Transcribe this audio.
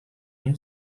new